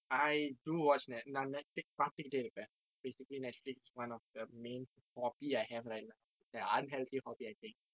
I do watch net~ நான்:naan Netflix பாத்துக்கிட்டே இருப்பேன்:paatthukkite iruppen basically Netflix is one of the main hobby I have right now it's an unhealthy hobby I think